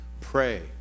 Pray